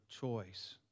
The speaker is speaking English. choice